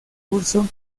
curso